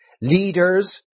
Leaders